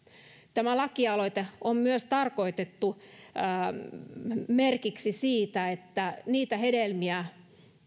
tämä lakialoite on tarkoitettu myös merkiksi siitä että niitä hedelmiä